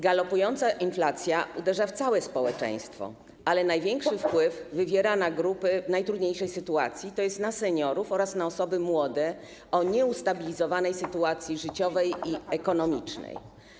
Galopująca inflacja uderza w całe społeczeństwo, ale największy wpływ ma na grupy w najtrudniejszej sytuacji, to jest na seniorów oraz na osoby młode, o nieustabilizowanej sytuacji życiowej i ekonomicznej.